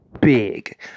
big